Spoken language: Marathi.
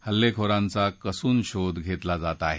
हल्लेखोरांचा कसून शोध घेतला जात आहे